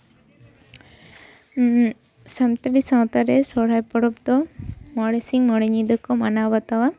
ᱥᱟᱱᱛᱟᱲᱤ ᱥᱟᱶᱛᱟ ᱨᱮ ᱥᱚᱨᱦᱟᱭ ᱯᱚᱨᱚᱵᱽ ᱫᱚ ᱢᱚᱬᱮ ᱥᱤᱧ ᱢᱚᱬᱮ ᱧᱤᱫᱟᱹ ᱠᱚ ᱢᱟᱱᱟᱣ ᱵᱟᱛᱟᱣᱟ